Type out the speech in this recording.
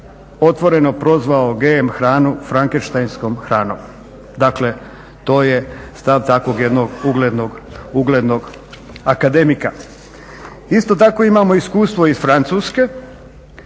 otvoreno prozvao GM hranu frankensteinskom hranom. Dakle to je stav takvog jednog uglednog akademika. Isto tako imamo iskustvo iz Francuske